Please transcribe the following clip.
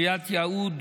עיריית יהוד,